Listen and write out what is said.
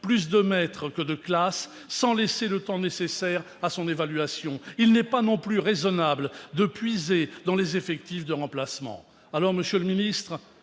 plus de maîtres que de classes » sans laisser le temps nécessaire à son évaluation ; il n'est pas non plus raisonnable de puiser dans les effectifs de remplacement. Monsieur le ministre,